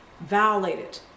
violated